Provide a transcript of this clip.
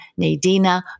Nadina